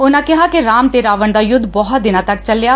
ਉਨਾਂ ਕਿਹਾ ਕਿ ਰਾਮ ਤੇ ਰਾਵਣ ਦਾ ਯੁੱਧ ਬਹੁਤ ਦਿਨਾਂ ਤੱਕ ਚੱਲਿਆ